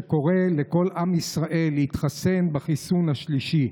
שקורא לכל עם ישראל להתחסן בחיסון השלישי.